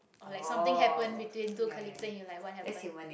or like something happen between two colleagues and you like what happen